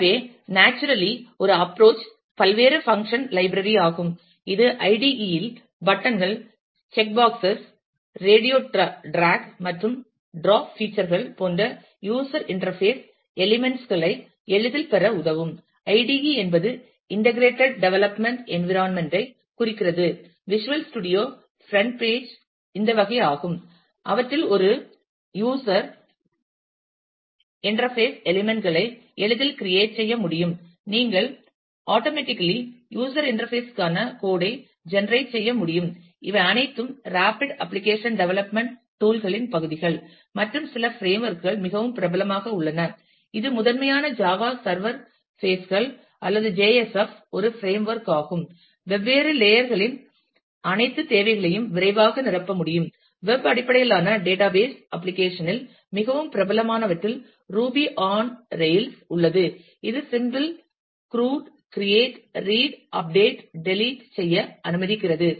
எனவே நேச்சுரலி ஒரு அப்புரோச் பல்வேறு ஃபங்ஷன் லைப்ரரி ஆகும் இது ஐடிஇ யில் பட்டன் கள் செக் பாக்ஸ் கள் ரேடியோ டிராக் மற்றும் டிராப் பீச்சர் கள் போன்ற யூஸர் இன்டர்பேஸ் எலிமென்ட்ஸ் களை எளிதில் பெற உதவும் ஐடிஇ என்பது இன்டகிரேடட் டெவலப்மென்ட் என்விரான்மென்ட் ஐ குறிக்கிறது விஷுவல் ஸ்டுடியோ ஃப்ரெண்ட் பேஜ் இந்த வகை ஆகும் அவற்றை ஒரு யூசர் பண்ணலாம் இது யூஸர் இன்டர்பெரென்ஸ் களை எளிதில் கிரியேட் செய்ய முடியும் நீங்கள் automatically யூஸர் இன்டர்பேஸ் க்கான கோட் ஐ ஜெனரேட் செய்ய முடியும் இவை அனைத்தும் ராபிட் அப்ளிகேஷன் டெவலப்மென்ட் றூல் ளின் பகுதிகள் மற்றும் சில பிரேம்வொர்க் கள் மிகவும் பிரபலமாக உள்ளன இது முதன்மையாக ஜாவா சர்வர் ஃபேஸ் கள் அல்லது JSF ஒரு பிரேம்வொர்க் ஆகும் வெவ்வேறு லேயர் களின் அனைத்து தேவைகளையும் விரைவாக நிரப்ப முடியும் வெப் அடிப்படையிலான டேட்டாபேஸ் அப்ளிகேஷன் இல் மிகவும் பிரபலமான வற்றில் ரூபி ஆன் ரெயில்ஸ் உள்ளது இது simple CRUD create read update delete செய்ய அனுமதிக்கிறது